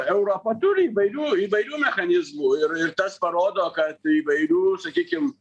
europa turi įvairių įvairių mechanizmų ir ir tas parodo kad įvairių sakykim